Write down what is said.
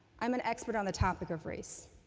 i'm an expert on the topic of race.